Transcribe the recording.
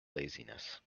laziness